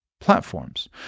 platforms